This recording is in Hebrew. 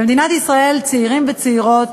במדינת ישראל צעירים וצעירות